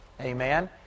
Amen